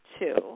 two